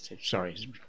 Sorry